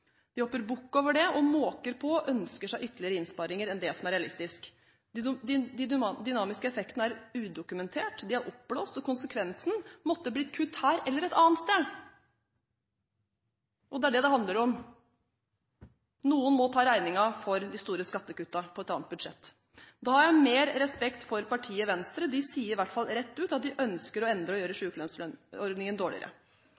de hopper bukk over det, måker på og ønsker seg ytterligere innsparinger enn det som er realistisk. De dynamiske effektene er udokumentert, de er oppblåst, og konsekvensen måtte blitt kutt eller et annet sted. Det er det det handler om. Noen må ta regningen for de store skattekuttene – på et annet budsjett. Da har jeg mer respekt for partiet Venstre. De sier i hvert fall rett ut at de ønsker å endre det å gjøre